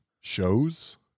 Shows